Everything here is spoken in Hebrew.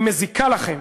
היא מזיקה לכם,